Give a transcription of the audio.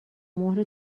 مهر